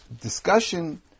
discussion